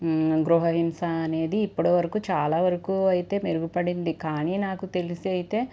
గృహ హింస అనేది ఇప్పటి వరకూ చాలా వరకూ అయితే మెరుగుపడింది కానీ నాకు తెలిసి అయితే